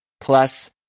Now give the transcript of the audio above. Plus